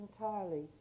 entirely